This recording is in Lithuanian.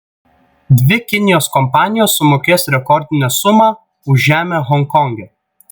dvi kinijos kompanijos sumokės rekordinę sumą už žemę honkonge